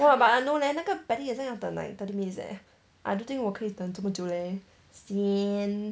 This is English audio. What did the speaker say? !wah! but I don't know leh 那个 patty 好像要等 like thirty minutes eh I don't think 我可以等这么久 leh sian